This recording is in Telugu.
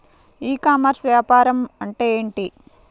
ఈ కామర్స్లో వ్యాపారం అంటే ఏమిటి?